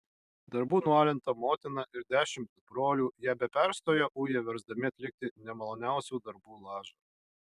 darbų nualinta motina ir dešimt brolių ją be perstojo uja versdami atlikti nemaloniausių darbų lažą